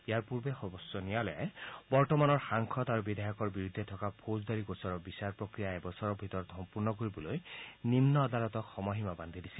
ইয়াৰ পূৰ্বে সৰ্বোচ্চ ন্যায়ালয়ে বৰ্তমানৰ সাংসদ আৰু বিধায়কৰ বিৰুদ্ধে থকা ফৌজদাৰী গোচৰৰ বিচাৰ প্ৰক্ৰিয়া এবছৰৰ ভিতৰত সম্পূৰ্ণ কৰিবলৈ নিম্ন আদালতক সময়সীমা বান্ধি দিছে